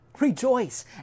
Rejoice